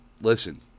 listen